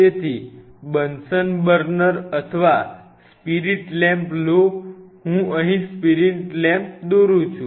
તેથી Bunsen burner અથવા spirit lamp લો હું અહીં સ્પિરિટ લેમ્પ દોરું છું